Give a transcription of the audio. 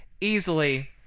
easily